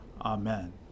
Amen